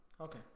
okay